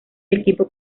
equipo